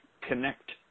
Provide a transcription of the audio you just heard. connect